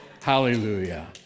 Hallelujah